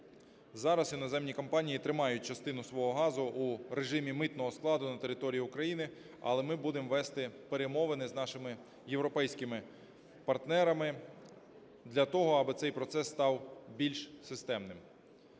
зараз іноземні компанії тримають частину свого газу у режимі митного складу на території України, але ми будемо вести перемовини з нашими європейськими партнерами для того, аби цей процес став більш системним.